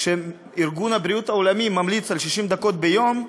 כשארגון הבריאות העולמי ממליץ על 60 דקות ביום,